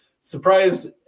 surprised